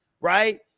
right